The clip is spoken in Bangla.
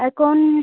এখন